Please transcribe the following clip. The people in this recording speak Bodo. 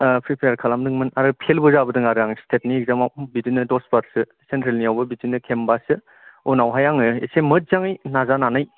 फ्रिफियार खालाम दोंमोन आरो फेलबो जाबोदों आरो आं सिटेटनि इखजामाव बिदिनो दसबारसो सेनट्रेलनिआवबो बिदिनो खेमबासो उनावहाय आङो एसे मोजाङै नाजानानै